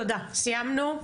סיימנו.